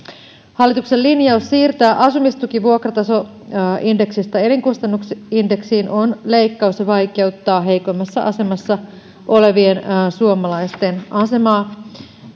hallituksen linjaus siirtää asumistuki vuokratasoindeksistä elinkustannusindeksiin on leikkaus ja vaikeuttaa heikoimmassa asemassa olevien suomalaisten asemaa